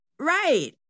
Right